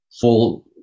full